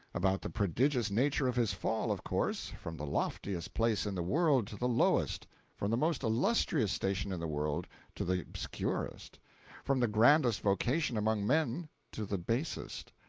about the prodigious nature of his fall, of course from the loftiest place in the world to the lowest from the most illustrious station in the world to the obscurest from the grandest vocation among men to the basest.